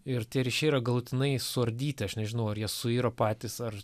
ir tie ryšiai yra galutinai suardyti aš nežinau ar jie suiro patys ar